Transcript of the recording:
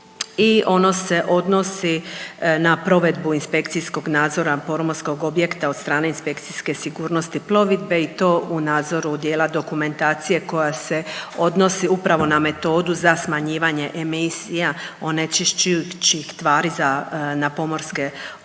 ono se odnosi na provedbu inspekcijskog nadzora pomorskog objekta od strane inspekcijske sigurnosti plovidbe i to u nadzoru dijela dokumentacije koja se odnosi upravo na metodu za smanjivanje emisija onečišćujućih tvari za na pomorske objekte.